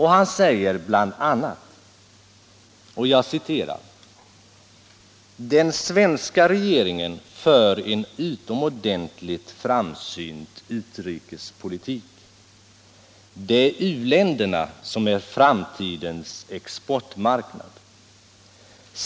Han säger bl.a.: ”Den svenska regeringen för en utomordentligt framsynt utrikespolitik. -—-—- Det är u-länderna som är framtidens exportmarknad.